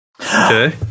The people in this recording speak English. Okay